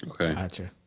Okay